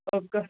ఒక్క